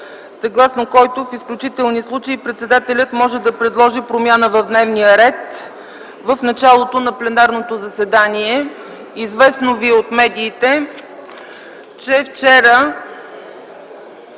съгласно който в изключителни случаи председателят може да предложи промяна в дневния ред в началото на пленарното заседание. Известно ви е от медиите, че вчера